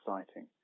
exciting